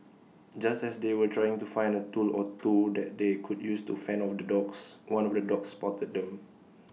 just as they were trying to find A tool or two that they could use to fend off the dogs one of the dogs spotted them